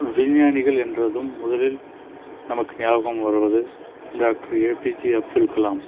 விஞ்ஞானிகள் என்றதும் முதலில் நமக்கு ஞாபகம் வருவது doctor A P J Abdul Kalam